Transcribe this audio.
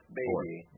baby